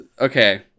Okay